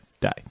die